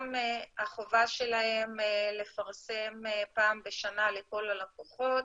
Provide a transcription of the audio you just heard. גם החובה שלהם לפרסם פעם בשנה לכל הלקוחות,